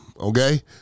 Okay